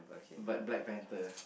but Black-Panther